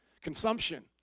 consumption